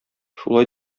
шулай